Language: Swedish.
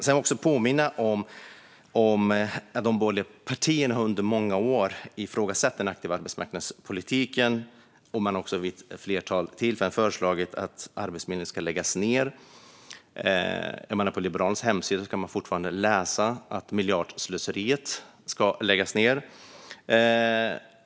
Låt mig också påminna om att de borgerliga partierna under många år ifrågasatt den aktiva arbetsmarknadspolitiken och även under ett flertal tillfällen föreslagit att Arbetsförmedlingen ska läggas ned. På Liberalernas hemsida kan man fortfarande läsa att detta miljardslöseri ska läggas ned.